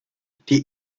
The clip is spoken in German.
die